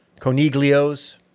Coniglio's